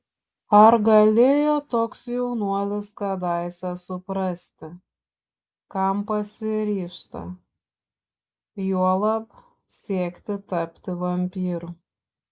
ar galėjo toks jaunuolis kadaise suprasti kam pasiryžta juolab siekti tapti vampyru